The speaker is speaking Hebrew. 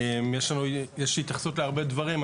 יש התייחסות להרבה דברים,